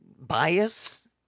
bias